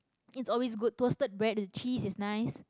it's always good toasted bread with cheese is nice